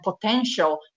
potential